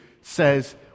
says